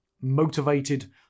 motivated